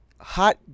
hot